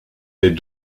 des